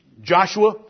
Joshua